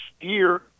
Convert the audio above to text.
year